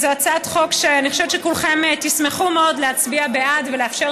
זו הצעת חוק שאני חושבת שכולכם תשמחו מאוד להצביע בעדה ולאפשר